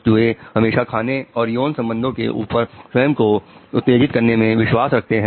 चूहे हमेशा खाने और यौन संबंधों से ऊपर स्वयं को उत्तेजित करने में विश्वास रखते हैं